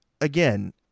again